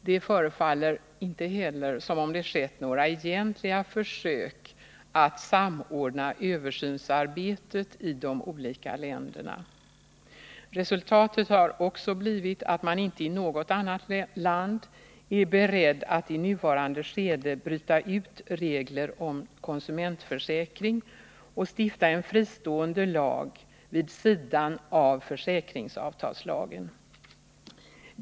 Det förefaller inte heller som om det skett några egentliga försök att samordna översynsarbetet i de olika länderna. Resultatet har också blivit att man inte i något land är beredd att i nuvarande skede bryta ut regler om konsumentförsäkring och stifta en fristående lag vid sidan av försäkringsavtalslagen.